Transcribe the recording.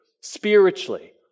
spiritually